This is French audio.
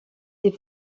des